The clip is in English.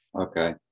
Okay